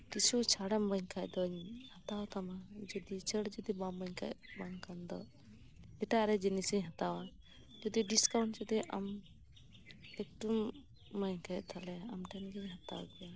ᱠᱤᱪᱷᱩ ᱪᱟᱲᱮᱢ ᱤᱢᱟᱹᱧ ᱠᱷᱟᱡ ᱫᱚ ᱦᱟᱛᱟᱣ ᱛᱟᱢᱟ ᱡᱚᱫᱤ ᱪᱷᱟᱹᱲ ᱡᱚᱫᱤ ᱵᱟᱢ ᱤᱢᱟᱹᱧ ᱠᱷᱟᱡ ᱵᱟᱝᱠᱷᱟᱱ ᱫᱚ ᱮᱴᱟᱜ ᱨᱮ ᱡᱤᱱᱤᱥᱤᱧ ᱦᱟᱛᱟᱣᱟ ᱡᱚᱫᱤ ᱰᱤᱥᱠᱟᱩᱱᱴ ᱡᱚᱫᱤ ᱟᱢ ᱮᱠᱴᱩᱢ ᱤᱢᱟᱹᱧᱠᱷᱟᱡ ᱛᱟᱦᱚᱞᱮ ᱟᱢᱴᱷᱮᱱᱜᱤᱧ ᱦᱟᱛᱟᱣᱟ ᱠᱮᱭᱟ